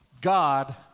God